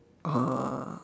uh